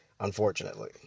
unfortunately